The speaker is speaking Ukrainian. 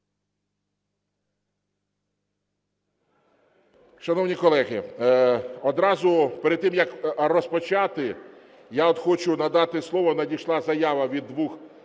Шановні колеги, одразу перед тим як розпочати, я хочу надати слово, надійшла заява від двох фракцій